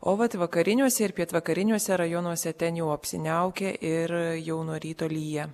o vat vakariniuose ir pietvakariniuose rajonuose ten jau apsiniaukę ir jau nuo ryto lyja